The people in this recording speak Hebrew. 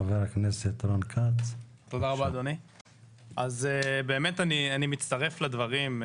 אני מצטרף לדברים.